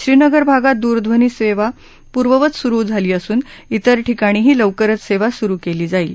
श्रीनगर भागात दूरध्वनी सद्ती पूर्ववत सुरू झाली असून इतर ठिकाणीही लवकरच सद्ती सुरु केली जाईल